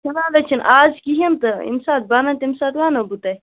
فِلحال حَظ چھُ نہٕ آز کِہیٖنۍ تہٕ ییٚمہِ ساتہٕ بنن تمہِ ساتہٕ ونو بہٕ تۄہہِ